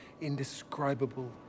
indescribable